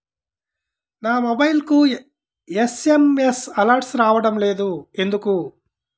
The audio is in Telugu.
నా మొబైల్కు ఎస్.ఎం.ఎస్ అలర్ట్స్ రావడం లేదు ఎందుకు?